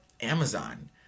Amazon